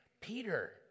Peter